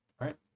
right